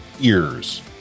ears